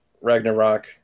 Ragnarok